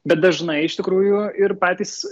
bet dažnai iš tikrųjų ir patys